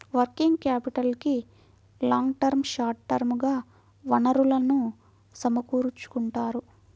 working క్యాపిటల్కి long term, short term గా వనరులను సమకూర్చుకుంటారు